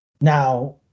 Now